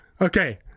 okay